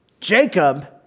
Jacob